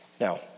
Now